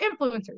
influencers